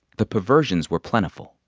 the perversions were plentiful.